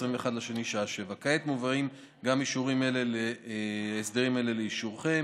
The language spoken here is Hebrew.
בפברואר בשעה 07:00. כעת מובאים הסדרים אלה גם לאישורכם.